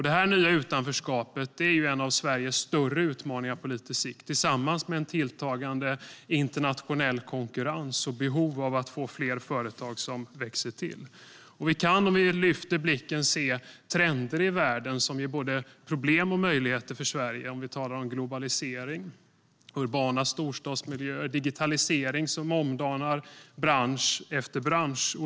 Det nya utanförskapet är en av Sveriges större utmaningar på lite sikt tillsammans med en tilltagande internationell konkurrens och behov av att få fler företag som växer till. Vi kan om vi lyfter blicken se trender i världen som ger både problem och möjligheter för Sverige om vi talar om globalisering, urbana storstadsmiljöer och digitalisering som omdanar bransch efter bransch.